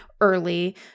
early